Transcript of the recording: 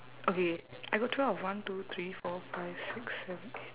okay I got twelve one two three four five six seven eight